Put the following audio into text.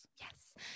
yes